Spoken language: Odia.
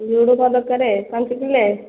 ଝୁଡ଼ୁଙ୍ଗ ଦରକାରେ ପାଞ୍ଚ କିଲୋ